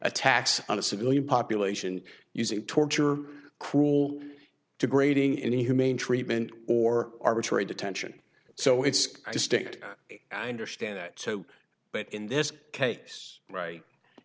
attacks on a civilian population using torture cruel degrading inhumane treatment or arbitrary detention so it's distinct i understand that so but in this case right